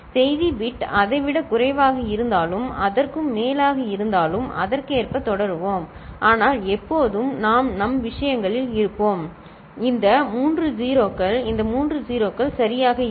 செய்தி பிட் அதை விட குறைவாக இருந்தாலும் அதற்கும் மேலாக இருந்தாலும் அதற்கேற்ப தொடருவோம் ஆனால் எப்போதும் நாம் நம் விஷயங்களில் இருப்போம் இந்த மூன்று 0 கள் இந்த மூன்று 0 கள் சரியாக இருக்கும்